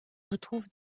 retrouve